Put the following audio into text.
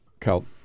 Cal